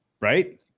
Right